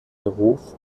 beruf